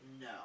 No